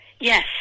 Yes